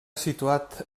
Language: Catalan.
situat